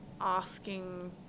asking